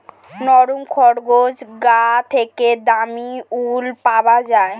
নরম খরগোশের গা থেকে দামী উল পাওয়া যায়